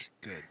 good